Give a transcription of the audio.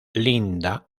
linda